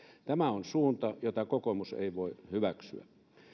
tämä on suunta jota kokoomus ei voi hyväksyä